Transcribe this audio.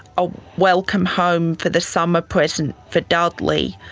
a welcome-home-for-the-summer present for dudley,